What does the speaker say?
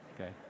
okay